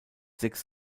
sechs